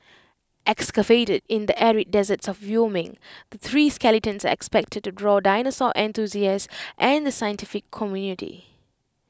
excavated in the arid deserts of Wyoming the three skeletons are expected to draw dinosaur enthusiasts and the scientific community